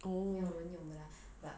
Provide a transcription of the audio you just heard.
oh